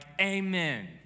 amen